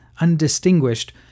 undistinguished